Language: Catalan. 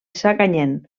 sacanyet